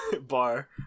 bar